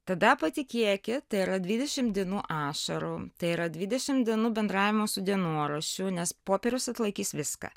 tada patikėkit tai yra dvidešim dienų ašarų tai yra dvidešim dienų bendravimo su dienoraščiu nes popierius atlaikys viską